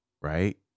right